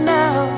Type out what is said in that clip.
now